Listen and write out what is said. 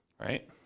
right